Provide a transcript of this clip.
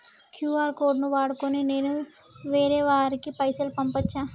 QR code ను వాడుకొని నేను వేరే వారికి పైసలు పంపచ్చా?